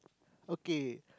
okay